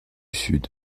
sud